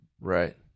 Right